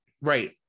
Right